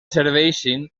serveixin